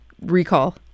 recall